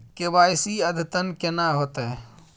KYC अद्यतन केना होतै?